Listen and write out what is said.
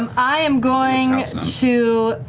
um i am going to,